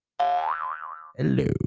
Hello